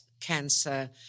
cancer